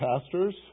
pastors